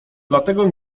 dlatego